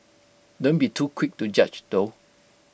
don't be too quick to judge though